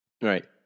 Right